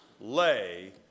lay